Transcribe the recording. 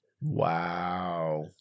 wow